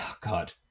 God